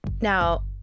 Now